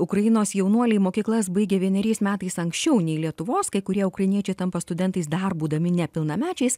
ukrainos jaunuoliai mokyklas baigia vieneriais metais anksčiau nei lietuvos kai kurie ukrainiečiai tampa studentais dar būdami nepilnamečiais